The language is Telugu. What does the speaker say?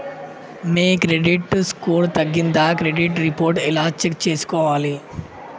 మీ క్రెడిట్ స్కోర్ తగ్గిందా క్రెడిట్ రిపోర్ట్ ఎలా చెక్ చేసుకోవాలి?